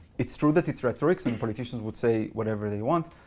it's true that it's rhetorics, and politicians would say whatever they want.